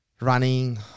running